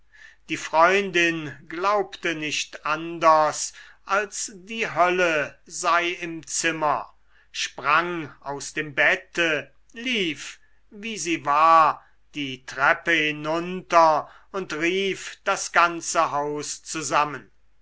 die freundin glaubte nicht anders als die hölle sei im zimmer sprang aus dem bette lief wie sie war die treppe hinunter und rief das ganze haus zusammen